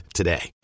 today